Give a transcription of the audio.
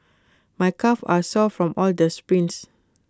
my calves are sore from all the sprints